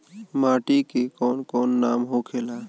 माटी के कौन कौन नाम होखे ला?